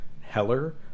Heller